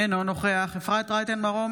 אינו נוכח אפרת רייטן מרום,